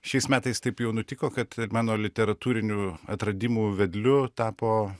šiais metais taip jau nutiko kad mano literatūrinių atradimų vedliu tapo